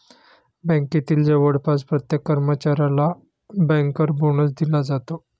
बँकेतील जवळपास प्रत्येक कर्मचाऱ्याला बँकर बोनस दिला जातो